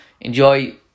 enjoy